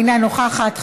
אינה נוכחת,